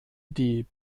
die